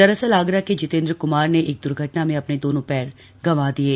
दरअसल आगरा के जितेंद्र कुमार ने एक द्र्घटना में अपने दोनों पैर गंवा दिये